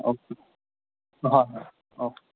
okay